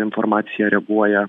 informaciją reaguoja